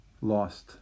lost